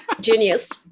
genius